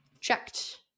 checked